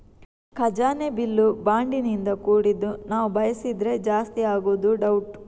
ಖಜಾನೆ ಬಿಲ್ಲು ಬಾಂಡಿನಿಂದ ಕೂಡಿದ್ದು ನಾವು ಬಯಸಿದ್ರೆ ಜಾಸ್ತಿ ಆಗುದು ಡೌಟ್